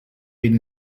been